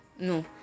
No